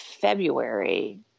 February